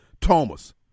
Thomas